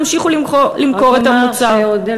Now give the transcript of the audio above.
ימשיכו למכור את המוצר.